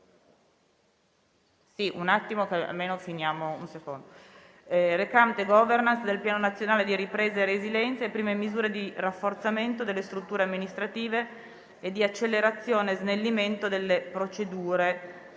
recante Governance del Piano Nazionale di Ripresa e Resilienza e prime misure di rafforzamento delle strutture amministrative e di accelerazione e snellimento delle procedure,